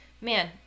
man